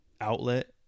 outlet